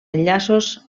enllaços